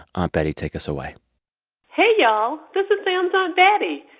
aunt betty, take us away hey y'all. this is sam's aunt betty.